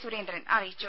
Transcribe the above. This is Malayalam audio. സുരേന്ദ്രൻ അറിയിച്ചു